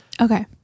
Okay